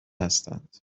هستند